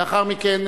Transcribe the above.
לאחר מכן,